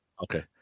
Okay